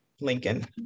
Lincoln